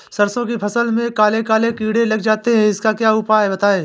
सरसो की फसल में काले काले कीड़े लग जाते इसका उपाय बताएं?